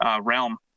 realm